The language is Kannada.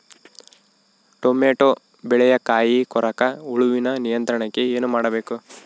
ಟೊಮೆಟೊ ಬೆಳೆಯ ಕಾಯಿ ಕೊರಕ ಹುಳುವಿನ ನಿಯಂತ್ರಣಕ್ಕೆ ಏನು ಮಾಡಬೇಕು?